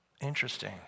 Interesting